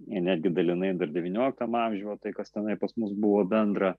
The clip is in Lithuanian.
ir netgi dalinai dar devynioliktam amžiuj va tai kas tenai pas mus buvo bendra